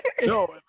No